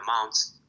amounts